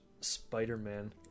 Spider-Man